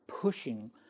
pushing